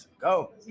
Go